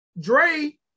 Dre